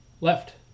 Left